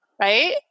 right